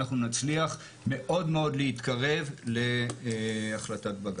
אנחנו נצליח מאוד מאוד להתקרב להחלטת בג"צ.